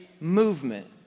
movement